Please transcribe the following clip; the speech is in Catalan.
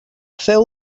feu